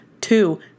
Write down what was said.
two